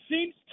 seems